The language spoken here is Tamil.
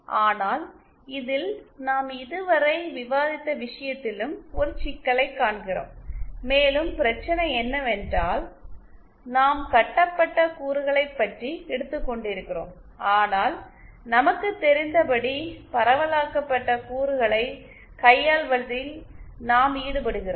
ஆனால் இதில் நாம் இதுவரை விவாதித்த விஷயத்திலும் ஒரு சிக்கலைக் காண்கிறோம் மேலும் பிரச்சனை என்னவென்றால் நாம் கட்டப்பட்ட கூறுகளைப் பற்றி எடுத்துக்கொண்டிருக்கிறோம் ஆனால் நமக்கு தெரிந்தபடி பரவலாக்கப்பட்ட கூறுகளைக் கையாள்வதில் நாம் ஈடுபடுகிறோம்